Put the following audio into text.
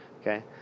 Okay